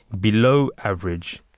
below-average